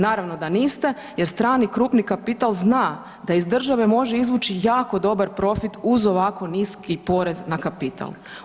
Naravno da niste jer strani krupni kapital zna da iz države može izvući jako dobar profit uz ovako niski porez na kapital.